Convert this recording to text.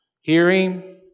Hearing